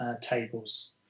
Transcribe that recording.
tables